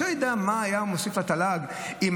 אתה יודע מה היה מוסיף התל"ג אם